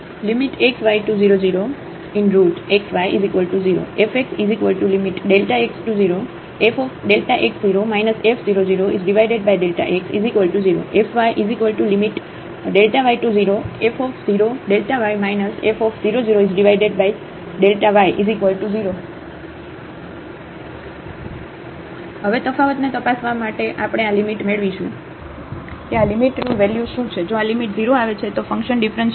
xy→00xy0 fxx→0fx0 f00x0 fyy→0f0y f00y0 હવે તફાવતને તપાસવા આપણે આ લિમિટ મેળવીશું કે આ લિમિટનું વેલ્યુ શું છે જો આ લિમિટ 0 આવે છે તો ફંકશન ડિફરન્સિએબ્લ છે